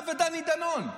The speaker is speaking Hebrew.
אתה ודני דנון,